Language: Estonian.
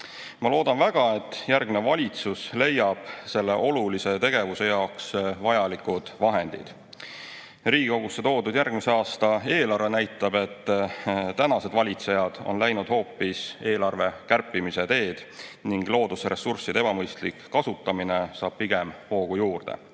Ma loodan väga, et järgmine valitsus leiab selle olulise tegevuse jaoks vajalikud vahendid. Riigikogusse toodud järgmise aasta eelarve näitab, et tänased valitsejad on läinud hoopis eelarve kärpimise teed ning loodusressursside ebamõistlik kasutamine saab pigem hoogu juurde.